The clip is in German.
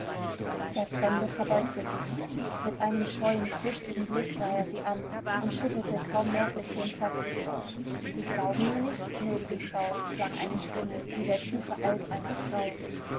der fremde verbeugte sich mit einem scheuen flüchtigen blick sah sie ihn an und schüttelte kaum merklich den kopf sie glauben mir nicht gnädige frau klang eine stimme wie der tiefe alt einer frau